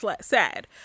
Sad